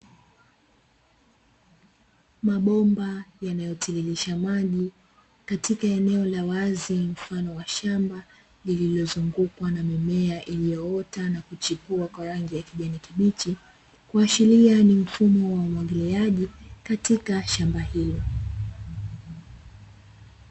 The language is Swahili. Mabomba yanayotiririsha maji katika eneo la wazi mfano wa shamba lililozungukwa na mimea iliyoota na kuchipua kwa rangi ya kijani kibichi, kuashiria ni mfumo wa umwagiliaji katika shamba hilo.